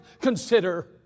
consider